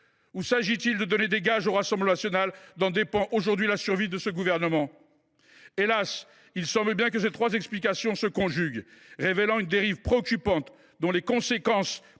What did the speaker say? ? S’agit il de donner des gages au Rassemblement national, dont dépend la survie de ce gouvernement ? Hélas, il semble bien que ces trois explications se conjuguent, révélant une dérive préoccupante dont les conséquences